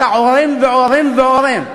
אתה עורם ועורם ועורם.